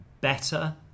better